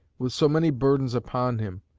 with so many burdens upon him,